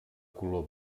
color